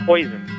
Poison